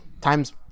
times